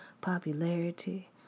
popularity